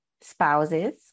spouses